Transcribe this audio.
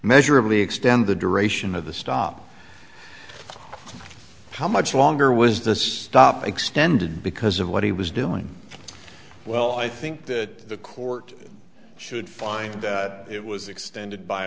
measurably extend the duration of the stop how much longer was this stop extended because of what he was doing well i think that the court should find it was extended by